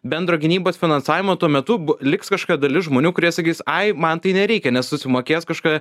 bendro gynybos finansavimo tuo metu b liks kažkokia dalis žmonių kurie sakys ai man tai nereikia nes susimokės kažkada